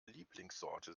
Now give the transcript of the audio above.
lieblingssorte